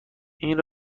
این